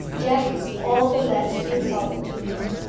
death's all the less insult to him.